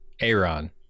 aaron